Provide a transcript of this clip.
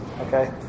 Okay